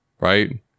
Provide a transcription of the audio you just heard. Right